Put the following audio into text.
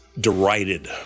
derided